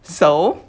so